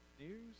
News